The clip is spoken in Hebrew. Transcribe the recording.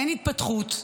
אין התפתחות,